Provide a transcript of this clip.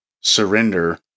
surrender